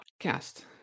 podcast